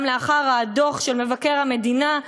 גם לאחר הדוח של מבקר המדינה,